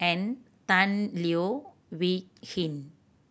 and Tan Leo Wee Hin